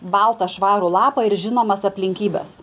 baltą švarų lapą ir žinomas aplinkybes